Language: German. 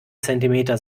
zentimeter